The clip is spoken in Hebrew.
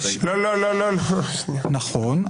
נכון,